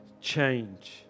change